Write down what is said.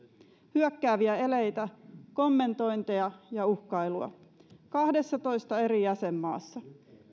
hyökkääviä eleitä kommentointeja ja uhkailua kahdessatoista eri jäsenmaassa